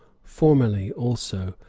formerly, also,